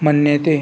मन्यते